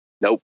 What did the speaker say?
Nope